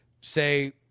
say